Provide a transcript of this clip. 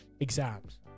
exams